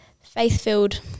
faith-filled